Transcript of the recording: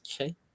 Okay